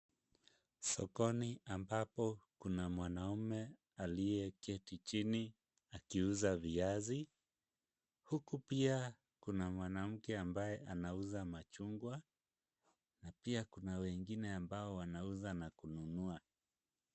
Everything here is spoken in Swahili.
Sokoni ambapo kuna mwanaume aliyeketi chini akiuza viazi, huku pia kuna mwanamke ambaye anauza machungwa na pia kuna wengine ambao wanauza na kununua.